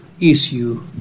issue